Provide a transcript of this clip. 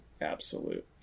absolute